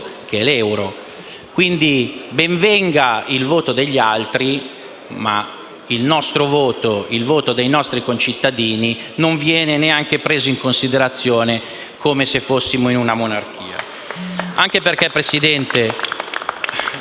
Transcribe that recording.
Quindi ben venga il voto degli altri ma il nostro voto, il voto dei nostri concittadini non viene neanche preso in considerazione, come se fossimo in una monarchia.